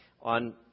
on